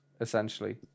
essentially